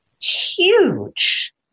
huge